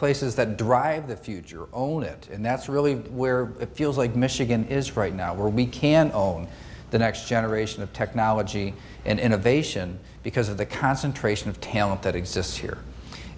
places that drive the future own it and that's really where it feels like michigan is right now where we can own the next generation of technology and innovation because of the concentration of talent that exists here